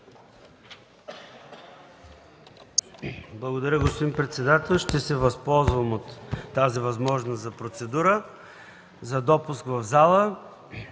Благодаря, господин председател. Ще се възползвам от тази възможност от процедура за допуск в залата